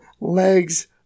legs